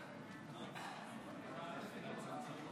חברי הכנסת